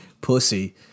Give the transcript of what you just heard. pussy